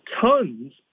tons